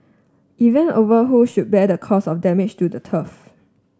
event over who should bear the cost of damage to the turf